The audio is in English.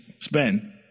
spend